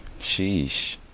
Sheesh